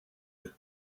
eux